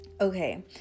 Okay